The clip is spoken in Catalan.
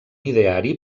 ideari